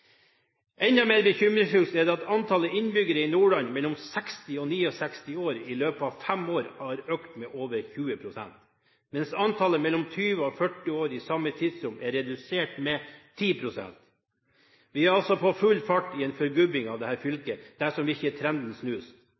Enda mer bekymringsfullt er det at antallet innbyggere i Nordland mellom 60 og 69 år i løpet av fem år har økt med over 20 pst., mens antallet mellom 20 og 40 år i samme tidsrom er redusert med 10 pst. Vi er altså på full fart mot en «forgubbing» av dette fylket dersom ikke trenden snus.